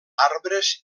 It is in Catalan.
arbres